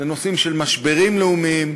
לנושאים של משברים לאומיים.